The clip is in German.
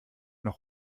noch